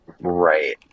Right